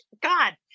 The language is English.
God